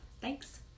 Thanks